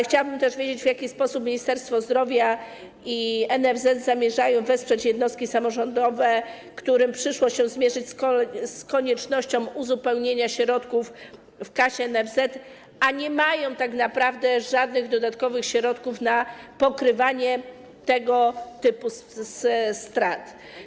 Chciałabym też wiedzieć, w jaki sposób Ministerstwo Zdrowia i NFZ zamierzają wesprzeć jednostki samorządowe, którym przyszło się zmierzyć z koniecznością uzupełnienia środków w kasie NFZ, a nie mają tak naprawdę żadnych dodatkowych środków na pokrywanie tego typu strat.